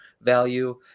value